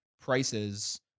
prices